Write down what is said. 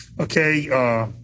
Okay